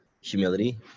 humility